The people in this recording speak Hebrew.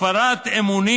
הפרת אמונים